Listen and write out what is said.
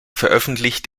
veröffentlicht